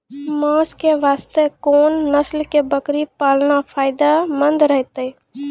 मांस के वास्ते कोंन नस्ल के बकरी पालना फायदे मंद रहतै?